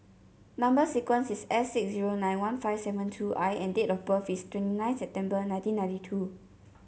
number sequence is S six zero nine one five seven two I and date of birth is twenty nine September nineteen ninety two